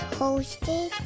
hosted